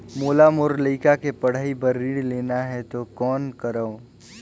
मोला मोर लइका के पढ़ाई बर ऋण लेना है तो कौन करव?